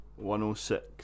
106